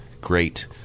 great